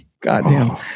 goddamn